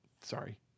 sorry